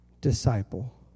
disciple